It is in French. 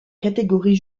catégorie